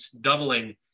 doubling